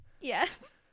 Yes